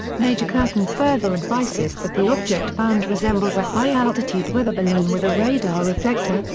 major curtan further advices that the object found resembles a high altitude weather balloon with a radar reflector,